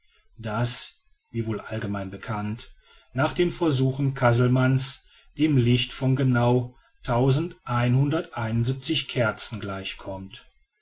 das wie wohl allgemein bekannt nach den versuchen casselmann's dem licht von genau kerzen gleichkommt